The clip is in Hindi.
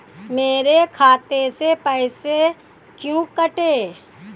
मेरे खाते से पैसे क्यों कटे?